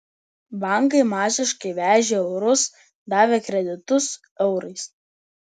bankai masiškai vežė eurus davė kreditus eurais